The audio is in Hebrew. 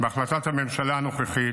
בהחלטת הממשלה הנוכחית